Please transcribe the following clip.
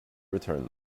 returned